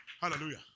Hallelujah